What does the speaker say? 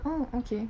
oh okay